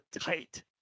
tight